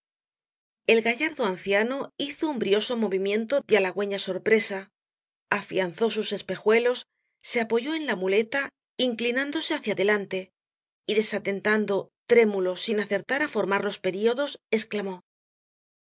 el gallardo anciano hizo un brioso movimiento de halagüeña sorpresa afianzó sus espejuelos se apoyó en la muleta inclinándose hacia adelante y desatentado trémulo sin acertar á formar los períodos exclamó